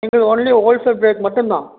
எங்களுது only wholesale rate மட்டும்தான்